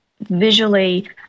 visually